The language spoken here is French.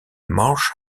marsh